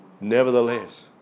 Nevertheless